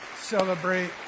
celebrate